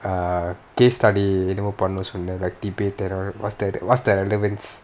err case study என்னமோ பண்ணனும் னு சொன்ன:ennamo pannanum nu sonna like debate and all that what's the what's the relevance